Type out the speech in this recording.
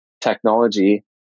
technology